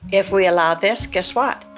if we allowed this, guess what?